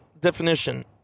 definition